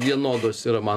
vienodos yra man